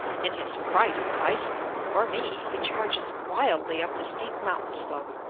in his fright at the bicycle, or me, he charges wildly up the steep mountain-slope,